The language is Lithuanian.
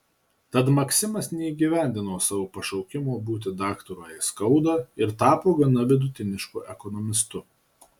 tad maksimas neįgyvendino savo pašaukimo būti daktaru aiskauda ir tapo gana vidutinišku ekonomistu